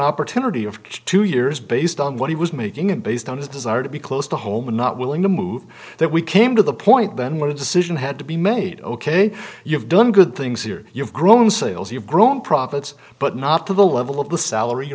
opportunity of two years based on what he was making and based on his desire to be close to home and not willing to move that we came to the point then when a decision had to be made ok you've done good things here you've grown sales you've grown profits but not to the level of the salary